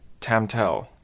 Tamtel